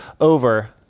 over